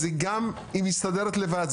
אז היא גם מסתדרת לבד.